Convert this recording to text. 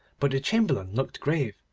but the chamberlain looked grave,